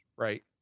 Right